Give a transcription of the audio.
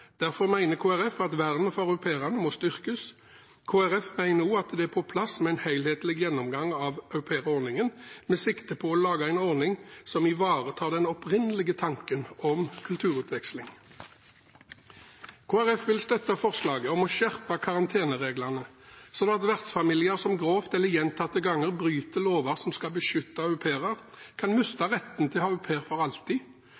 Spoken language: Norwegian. Derfor mener Kristelig Folkeparti at vernet for au pairene må styrkes. Kristelig Folkeparti mener også det er på sin plass med en helhetlig gjennomgang av aupairordningen med sikte på å lage en ordning som ivaretar den opprinnelige tanken om kulturutveksling. Kristelig Folkeparti vil støtte forslaget om å skjerpe karantenereglene slik at vertsfamilier som grovt eller gjentatte ganger bryter lover som skal beskytte au pairer, kan miste